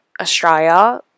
Australia